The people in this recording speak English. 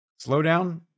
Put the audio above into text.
Slowdown